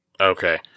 Okay